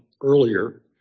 earlier